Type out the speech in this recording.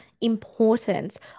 importance